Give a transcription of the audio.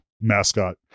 mascot